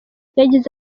yagize